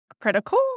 critical